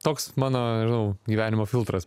toks mano nežinau gyvenimo filtras